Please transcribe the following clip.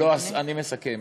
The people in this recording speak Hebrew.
אני מסכם.